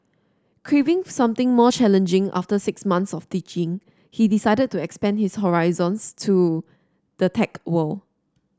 craving something more challenging after six months of teaching he decided to expand his horizons to the tech world